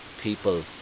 people